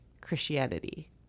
Christianity